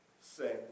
say